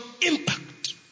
impact